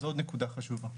זה עוד נקודה חשובה,